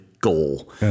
goal